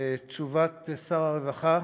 תשובת שר הרווחה